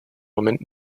moment